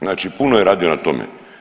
Znači puno je radio na tome.